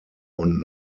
und